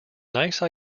nice